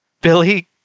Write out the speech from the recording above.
Billy